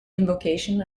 invocation